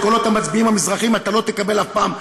קולות המצביעים המזרחיים אתה לא תקבל אף פעם,